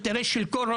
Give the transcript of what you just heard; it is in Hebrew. של כל אימאם,